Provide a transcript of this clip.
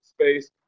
space